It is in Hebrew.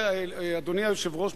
אדוני היושב-ראש,